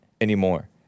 anymore